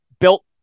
built